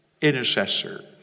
intercessor